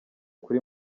kuri